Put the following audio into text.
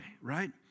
right